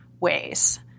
ways